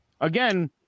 again